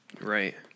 right